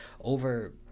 over